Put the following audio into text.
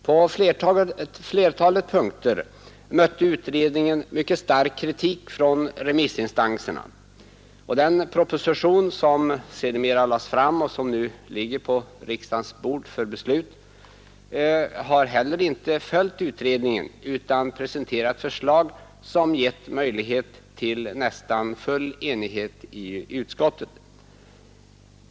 På flertalet punkter mötte utredningen mycket stark kritik från remissinstanserna. Den proposition som sedermera lades fram och som nu ligger på riksdagens bord för beslut har heller inte följt utredningen, utan presenterat förslag som gett möjlighet till nästan full enighet i utskottet.